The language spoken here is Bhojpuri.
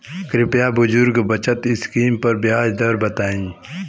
कृपया बुजुर्ग बचत स्किम पर ब्याज दर बताई